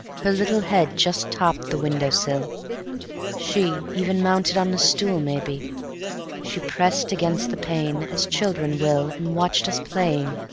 her little head just topped the window-sill she even mounted on a stool, maybe she pressed against the pane, as children will, and watched us playing,